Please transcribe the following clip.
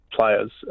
Players